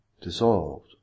dissolved